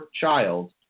child